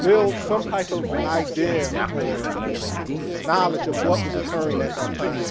build some type of idea or knowledge of what was occurring at that time